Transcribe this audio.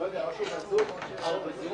אורית.